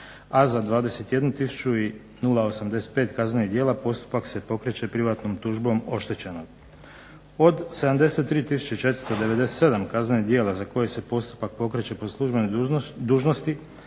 i 085 kaznenih djela postupak se pokreće privatnom tužbom oštećenog. Od 73 tisuće 497 kaznenih djela za koje se postupak pokreće po službenoj dužnosti,